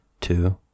two